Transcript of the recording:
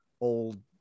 old